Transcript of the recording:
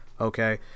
okay